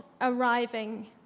arriving